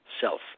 self